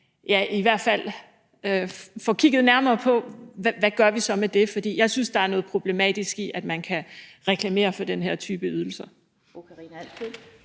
man i hvert fald får kigget nærmere på, hvad vi så gør med det. For jeg synes, der er noget problematisk i, at man kan reklamere for den her type ydelser.